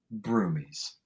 Broomies